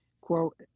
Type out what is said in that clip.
quote